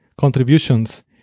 contributions